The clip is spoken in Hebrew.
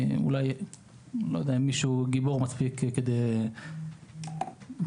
או אם גונבים לי